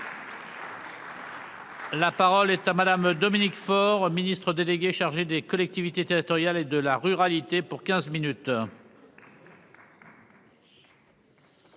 La parole est à Madame Dominique Faure Ministre délégué chargé des collectivités territoriales et de la ruralité pour quinze minutes.